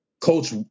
Coach